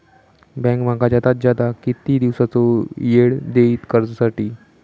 Bank माका जादात जादा किती दिवसाचो येळ देयीत कर्जासाठी?